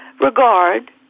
regard